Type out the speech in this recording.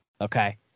Okay